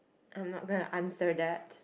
I'm not gonna answer that